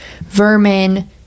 vermin